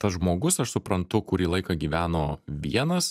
tas žmogus aš suprantu kurį laiką gyveno vienas